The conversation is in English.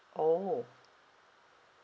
orh